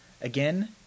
Again